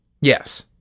Yes